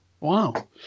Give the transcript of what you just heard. Wow